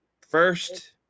First